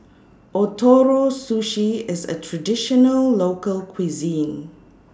Ootoro Sushi IS A Traditional Local Cuisine